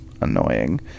annoying